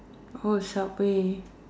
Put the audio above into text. oh subway